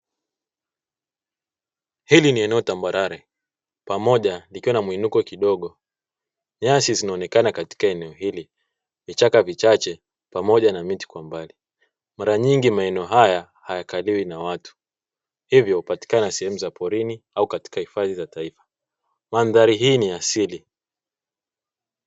Hili ni eneo tambarare pamoja likiwa na mwinuko kidogo nyasi zinaonekana katika eneo hili, vichaka vichache pamoja na miti kwa mbali. Mara nyingi maeneo haya hayakaliwi na watu hivyo hupatikana sehemu za porini au katika hifadhi za taifa, mandhari hii ni ya asili.